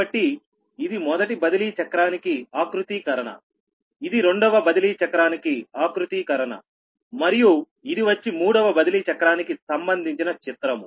కాబట్టి ఇది మొదటి బదిలీ చక్రానికి ఆకృతీకరణఇది రెండవ బదిలీ చక్రానికి ఆకృతీకరణ మరియు ఇది వచ్చి మూడవ బదిలీ చక్రానికి సంబంధించిన చిత్రము